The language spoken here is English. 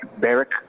Barrick